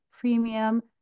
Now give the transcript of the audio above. premium